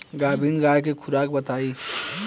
गाभिन गाय के खुराक बताई?